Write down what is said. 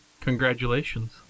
Congratulations